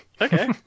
Okay